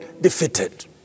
defeated